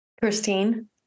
Christine